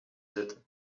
zitten